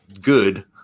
good